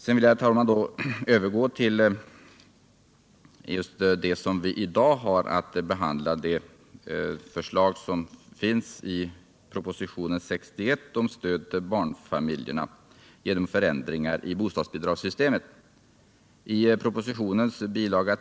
Sedan vill jag övergå till förslaget i propositionen 61 om stöd till barnfamiljerna genom förändringar i bostadsbidragssystemet. I propositionens bil.